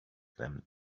them